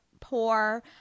poor